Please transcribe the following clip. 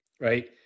right